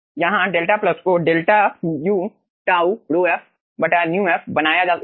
यहां 𝛿 को 𝛿 u τ ρf μf बनाया जाएगा